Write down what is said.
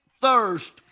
thirst